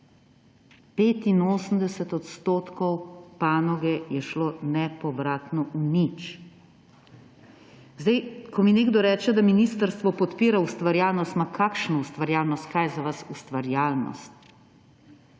85 %. 85 % panoge je šlo nepovratno v nič. Ko mi nekdo reče, da ministrstvo podpira ustvarjalnost ‒ ma kakšno ustvarjalnost!? Kaj je za vas ustvarjalnost?